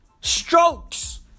Strokes